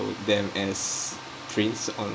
them as prints online